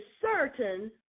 certain